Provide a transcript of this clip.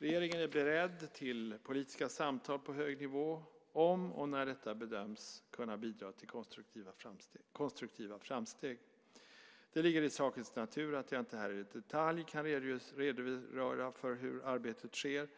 Regeringen är beredd till politiska samtal på hög nivå om och när detta bedöms kunna bidra till konstruktiva framsteg. Det ligger i sakens natur att jag inte här i detalj kan redogöra för hur arbetet sker,